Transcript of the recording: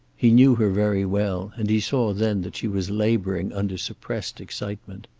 he knew her very well, and he saw then that she was laboring under suppressed excitement.